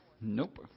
Nope